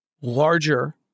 larger